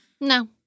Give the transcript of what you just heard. No